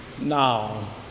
now